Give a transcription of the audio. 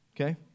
Okay